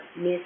Miss